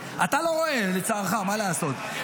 --- אתה לא רואה, לצערך, מה לעשות?